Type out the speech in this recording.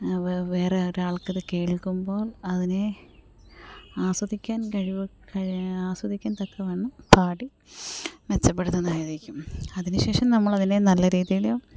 വേ വേറെ ഒരാൾക്ക് അതു കേൾക്കുമ്പോൾ അതിനെ ആസ്വദിക്കാൻ കഴി കഴിയ ആസ്വദിക്കാൻ തക്കവണ്ണം പാടി മെച്ചപ്പെടുത്തുന്നതായിരിക്കും അതിനു ശേഷം നമ്മളതിനെ നല്ല രീതിയിൽ